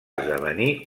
esdevenir